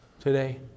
today